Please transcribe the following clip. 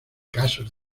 casos